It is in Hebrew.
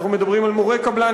אנחנו מדברים על מורי קבלן,